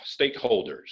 stakeholders